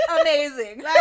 Amazing